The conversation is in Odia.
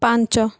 ପାଞ୍ଚ